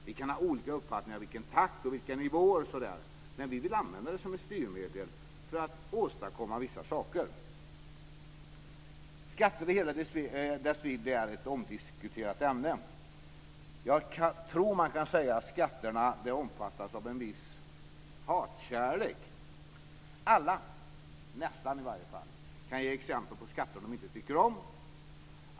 Vi kan ha olika uppfattning om takt och nivåer osv., men vi vill använda skatter som ett styrmedel för att åstadkomma vissa saker. Skatter i hela dess vidd är ett omdiskuterat ämne. Jag tror att man kan säga att skatterna omfattas av en viss hatkärlek. Alla - i varje fall nästan - kan ge exempel på skatter de inte tycker om.